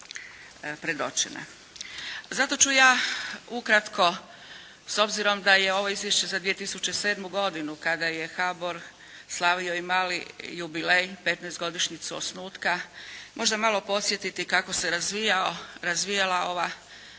predočena. Zato ću ja ukratko, s obzirom da je ovo izvješće za 2007. godinu kada je HBOR slavio i mali jubilej, 15-godišnjicu osnutka, možda malo podsjetiti kako se razvijala ova